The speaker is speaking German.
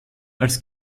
als